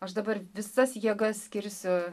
aš dabar visas jėgas skirsiu